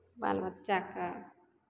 बाल बच्चाके